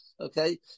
okay